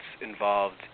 involved